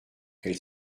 elle